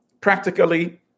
practically